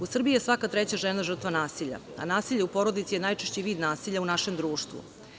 U Srbiji je svaka treća žena žrtva nasilja, a nasilje u porodici je najčešći vid nasilja u našem društvu.